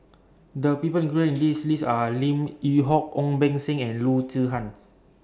The People included in list list Are Lim Yew Hock Ong Beng Seng and Loo Zihan